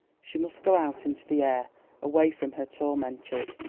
she must go out into the air away from her tormentors.